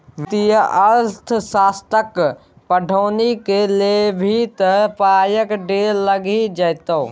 वित्तीय अर्थशास्त्रक पढ़ौनी कए लेभी त पायक ढेर लागि जेतौ